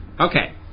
Okay